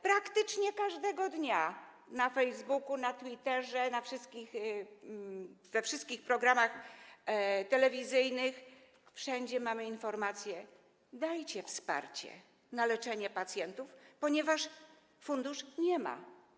Praktycznie każdego dnia na Facebooku, na Twitterze, we wszystkich programach telewizyjnych, wszędzie mamy informacje: dajcie wsparcie na leczenie pacjentów, ponieważ fundusz nie ma.